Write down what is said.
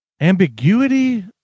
ambiguity